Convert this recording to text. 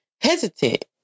hesitant